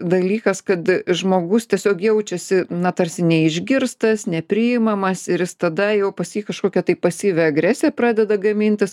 dalykas kad žmogus tiesiog jaučiasi na tarsi neišgirstas nepriimamas ir tada jau pas jį kažkokia tai pasyvi agresija pradeda gamintis